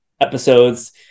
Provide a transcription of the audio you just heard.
episodes